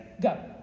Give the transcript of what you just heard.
Go